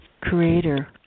Creator